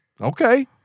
Okay